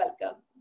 welcome